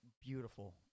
beautiful